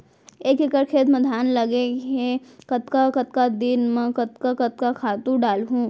एक एकड़ खेत म धान लगे हे कतका कतका दिन म कतका कतका खातू डालहुँ?